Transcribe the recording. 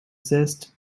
zest